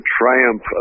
triumph